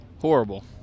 Horrible